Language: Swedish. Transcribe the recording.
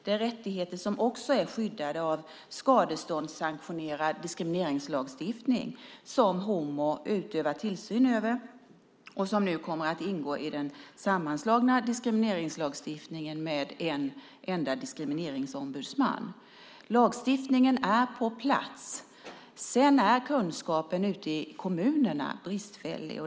Det är rättigheter som också är skyddade av skadeståndssanktionerad diskrimineringslagstiftning som HomO utövar tillsyn över och som nu kommer att ingå i den sammanslagna diskrimineringslagstiftningen med en enda diskrimineringsombudsman. Lagstiftningen är på plats. Kunskapen ute i kommunerna är bristfällig.